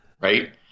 Right